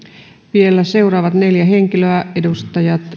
vielä seuraavat neljä henkilöä edustajat